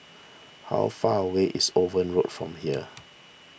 how far away is Owen Road from here